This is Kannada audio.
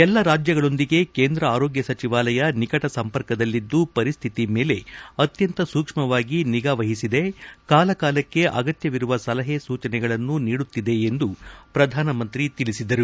ಎಲ್ಲಾ ರಾಜ್ಯಗಳೊಂದಿಗೆ ಕೇಂದ್ರ ಆರೋಗ್ಯ ಸಚಿವಾಲಯ ನಿಕಟ ಸಂಪರ್ಕದಲ್ಲಿದ್ದು ಪರಿಸ್ಥಿತಿ ಮೇಲೆ ಅತ್ಯಂತ ಸೂಕ್ಷ್ನವಾಗಿ ನಿಗಾವಹಿಸುತ್ತಿದೆ ಕಾಲಕಾಲಕ್ಕೆ ಅಗತ್ಯವಿರುವ ಸಲಹೆ ಸೂಚನೆಗಳನ್ನು ನೀಡುತ್ತಿದೆ ಎಂದು ಪ್ರಧಾನಮಂತ್ರಿ ತಿಳಿಸಿದರು